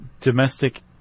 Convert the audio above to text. domestic